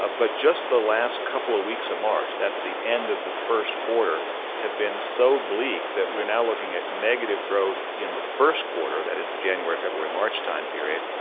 ah but just the last couple of weeks of march that's the end of the first quarter have been so bleak that we're now looking at negative growth in the first quarter. that is the january, february, march time period.